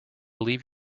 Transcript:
leave